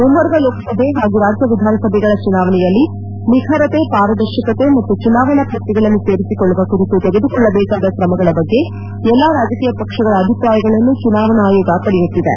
ಮುಂಬರುವ ಲೋಕಸಭೆ ಹಾಗೂ ರಾಜ್ಯ ವಿಧಾನಸಭೆಗಳ ಚುನಾವಣೆಯಲ್ಲಿ ನಿಖರತೆ ಪಾರದರ್ಶಕತೆ ಮತ್ತು ಚುನಾವಣಾ ಪಟ್ಟಗಳನ್ನು ಸೇರಿಸುಕೊಳ್ಳುವ ಕುರಿತು ತೆಗೆದುಕೊಳ್ಳಬೇಕಾದ ಕ್ರಮಗಳ ಬಗ್ಗೆ ಎಲ್ಲಾ ರಾಜಕೀಯ ಪಕ್ಷಗಳ ಅಭಿಪ್ರಾಯಗಳನ್ನು ಚುನಾವಣಾ ಆಯೋಗ ಪಡೆಯುತ್ತಿದೆ